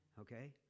okay